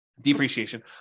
depreciation